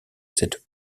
cette